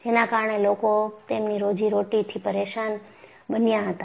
જેના કારણે લોકો તેમની રોજીરોટીથી પરેશાન બન્યા હતા